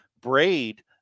braid